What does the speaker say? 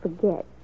forget